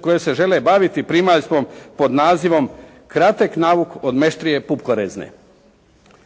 koje se žele baviti primaljstvom pod nazivom “Kratek nauk od meštrije pupkorezne“.